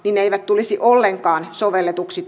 eivät tulisi ollenkaan sovelletuiksi